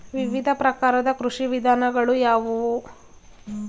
ವಿವಿಧ ಪ್ರಕಾರದ ಕೃಷಿ ವಿಧಾನಗಳು ಯಾವುವು?